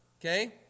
okay